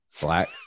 Black